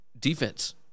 defense